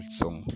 song